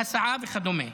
הסעה וכדומה,